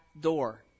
door